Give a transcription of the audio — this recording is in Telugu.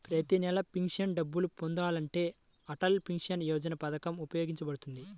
ప్రతి నెలా పెన్షన్ డబ్బులు పొందాలంటే అటల్ పెన్షన్ యోజన పథకం ఉపయోగపడుతుంది